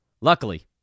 Luckily